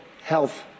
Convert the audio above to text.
health